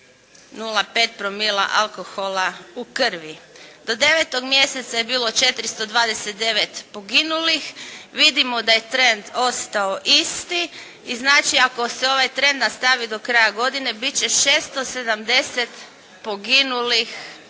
0,5 promila alkohola u krvi. Do 9. mjeseca je bilo 429 poginulih. Vidimo da je trend ostao isti. I znači ako se ovaj trend nastavi do kraja godine bit će 670 poginulih